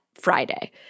Friday